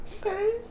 Okay